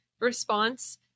response